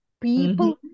people